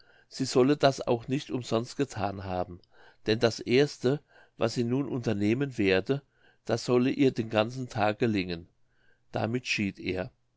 sie solle das auch nicht umsonst gethan haben denn das erste was sie nun unternehmen werde das solle ihr den ganzen tag gelingen damit schied er